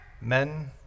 Men